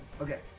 Okay